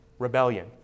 rebellion